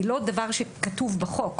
היא לא דבר שכתוב בחוק.